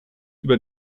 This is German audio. über